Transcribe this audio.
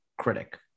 critic